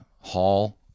hall